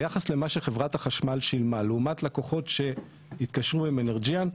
ביחס למה שחברת החשמל שילמה לעומת לקוחות שהתקשרו עם אנרג'יאן,